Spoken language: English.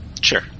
Sure